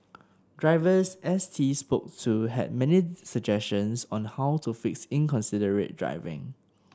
drivers S T spoke to had many suggestions on how to fix inconsiderate driving